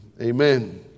Amen